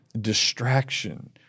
distraction